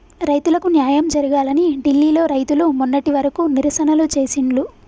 రైతులకు న్యాయం జరగాలని ఢిల్లీ లో రైతులు మొన్నటి వరకు నిరసనలు చేసిండ్లు